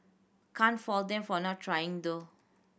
can't fault them for not trying though